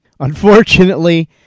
Unfortunately